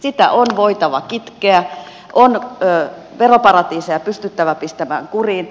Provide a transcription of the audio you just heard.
sitä on voitava kitkeä on veroparatiiseja pystyttävä pistämään kuriin